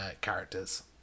characters